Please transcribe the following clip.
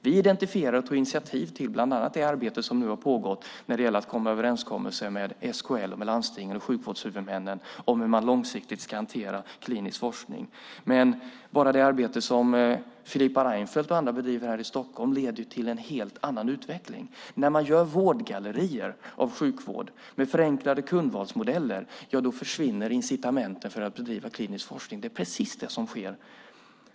Vi identifierade och tog initiativ till bland annat det arbete som nu har pågått när det gäller att komma överens med SKL, landstingen och sjukvårdshuvudmännen om hur man långsiktigt ska hantera klinisk forskning. Men bara det arbete som Filippa Reinfeldt och andra bedriver här i Stockholm leder ju till en helt annan utveckling. När man gör vårdgallerior av sjukvård med förenklade kundvalsmodeller försvinner incitamenten för att bedriva klinisk forskning. Det är precis det som sker.